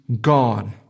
God